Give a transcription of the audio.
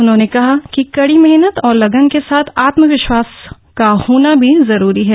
उन्होंने कहा कि कड़ी मेहनत और लगन के साथ आत्मविश्वास का होना भी जरूरी है